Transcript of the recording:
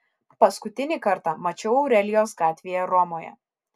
paskutinį kartą mačiau aurelijos gatvėje romoje